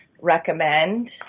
recommend